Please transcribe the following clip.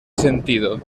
sentido